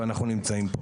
ואנחנו נמצאים פה.